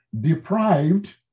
deprived